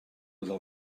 del